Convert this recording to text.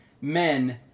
men